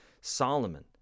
Solomon